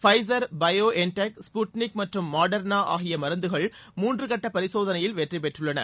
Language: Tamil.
பிஸர் எபயோ என் டெக் ஸ்பூட்நிக் மற்றும் மாடெர்னா ஆகிய மருந்துகள் மூன்று கட்ட பரிசோதனையில் வெற்றி பெற்றுள்ளன